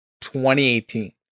2018